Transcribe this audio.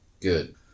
good